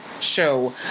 show